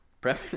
prep